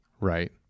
right